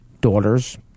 daughter's